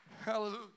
Hallelujah